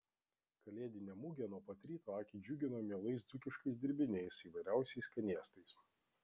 kalėdinė mugė nuo pat ryto akį džiugino mielais dzūkiškais dirbiniais įvairiausiais skanėstais